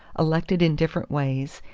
elected in different ways,